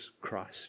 Christ